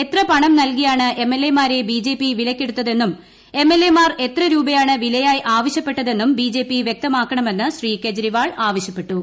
എത്ര പണം നൽകിയാണ് എം എൽ എ മാരെ ബി ജെ പി വിലയ്ക്കെടുക്കുന്നതെന്നും എം എൽ എ മാർ എത്ര രൂപയാണ് വിലയായി ആവശ്യപ്പെട്ടതെന്നും ബി ജെ പി വൃക്തമാക്കണമെന്ന് ശ്രീ കെജ്രിവാൾ ആവശ്യപ്പെട്ടു